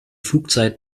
flugzeit